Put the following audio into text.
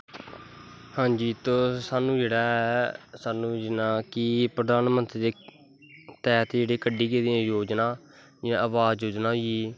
हां तो साह्नू जेह्ड़ा ऐ साह्नू जियां कि प्रधानमंत्री दे कड्डी गेदी योजना जियां अवास योजना होई गेई